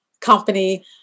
company